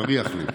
מריח לי.